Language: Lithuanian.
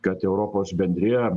kad europos bendrija